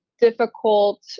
difficult